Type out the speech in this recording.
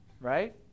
right